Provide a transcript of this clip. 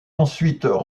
ensuite